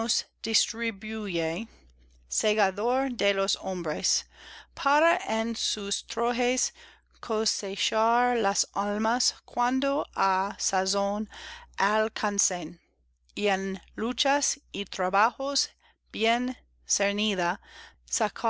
de los hombres para en sus trojes cosechar las almas cuando á sazón alcancen y en luchas y trabajos bien cernida sacar